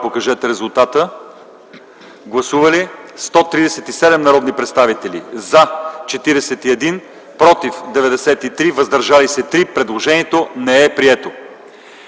по членове 93, 94 и 95. Гласували 137 народни представители: за 41, против 93, въздържали се 3. Предложението не е прието.